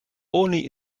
only